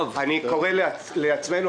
אני קורא לעצמנו,